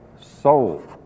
soul